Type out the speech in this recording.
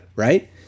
Right